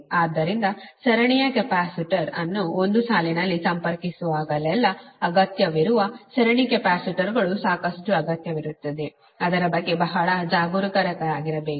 ಆದ್ದರಿಂದ ಸರಣಿಯ ಕೆಪಾಸಿಟರ್ ಅನ್ನು ಒಂದು ಸಾಲಿನಲ್ಲಿ ಸಂಪರ್ಕಿಸುವಾಗಲೆಲ್ಲಾ ಅಗತ್ಯವಿರುವ ಸರಣಿ ಕೆಪಾಸಿಟರ್ಗಳು ಸಾಕಷ್ಟು ಅಗತ್ಯವಿರುತ್ತದೆ ಅದರ ಬಗ್ಗೆ ಬಹಳ ಜಾಗರೂಕರಾಗಿರಬೇಕು